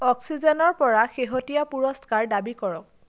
অক্সিজেনৰ পৰা শেহতীয়া পুৰস্কাৰ দাবী কৰক